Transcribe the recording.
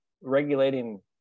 regulating